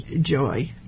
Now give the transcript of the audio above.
joy